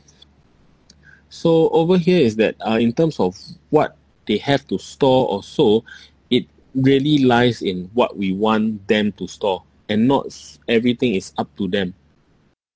so over here is that uh in terms of what they have to store or so it really lies in what we want them to store and not s~ everything is up to them